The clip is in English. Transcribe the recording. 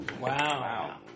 Wow